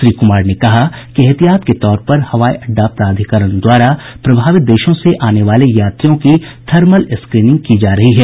श्री कुमार ने कहा कि एहतियात के तौर पर हवाई अड्डा प्राधिकरण द्वारा प्रभावित देशों से आने वाले यात्रियों की थर्मल स्क्रीनिंग की जा रही है